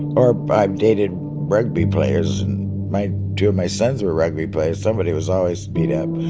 or i've dated rugby players. and my two of my sons were rugby players. somebody was always beat up.